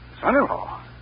Son-in-law